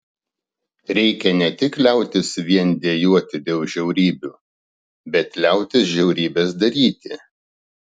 reikia ne tik liautis vien dejuoti dėl žiaurybių bet liautis žiaurybes daryti